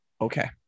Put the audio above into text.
Okay